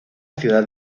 ciudad